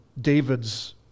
David's